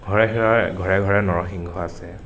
ঘৰে ঘৰে ঘৰে ঘৰে নৰসিংহ আছে